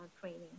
training